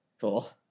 Cool